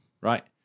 Right